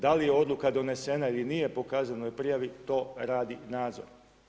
Da li je odluka donesena ili nije po kaznenoj prijavi, to radi nadzor.